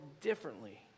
differently